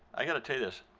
i got to tell you this,